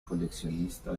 coleccionista